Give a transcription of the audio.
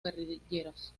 guerrilleros